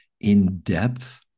in-depth